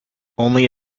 only